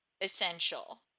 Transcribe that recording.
essential